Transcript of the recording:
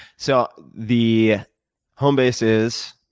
so the home base is,